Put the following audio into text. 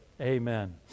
Amen